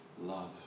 love